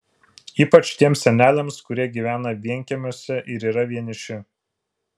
ypač tiems seneliams kurie gyvena vienkiemiuose ir yra vieniši